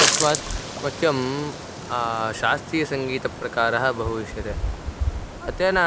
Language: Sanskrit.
तस्मात् मह्यं शास्त्रीयसङ्गीतप्रकारः बहु इष्यते तेन